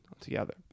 together